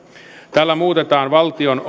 tällä muutetaan valtion